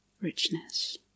richness